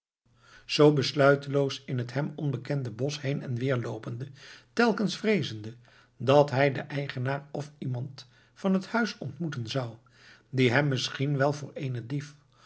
zoo besluiteloos in het hem onbekende bosch heen en weer loopende telkens vreezende dat hij den eigenaar of iemand van het huis ontmoeten zou die hem misschien wel voor eenen dief